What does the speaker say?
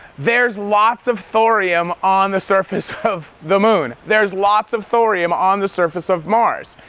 there's lots of thorium on the surface of the moon. there's lots of thorium on the surface of mars.